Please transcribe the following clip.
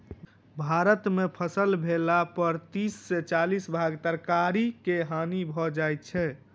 भारत में फसिल भेला पर तीस से चालीस भाग तरकारी के हानि भ जाइ छै